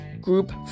group